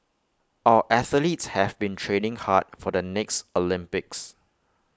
our athletes have been training hard for the next Olympics